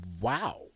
Wow